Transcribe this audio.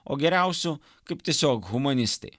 o geriausiu kaip tiesiog humanistai